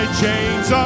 chains